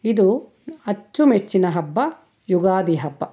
ಇದು ಅಚ್ಚುಮೆಚ್ಚಿನ ಹಬ್ಬ ಯುಗಾದಿ ಹಬ್ಬ